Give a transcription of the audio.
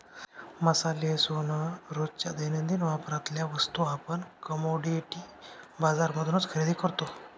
मसाले, सोन, रोजच्या दैनंदिन वापरातल्या वस्तू आपण कमोडिटी बाजार मधूनच खरेदी करतो